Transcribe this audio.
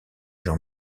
gens